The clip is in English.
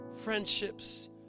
friendships